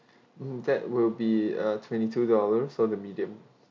mm that will be uh twenty two dollars so the medium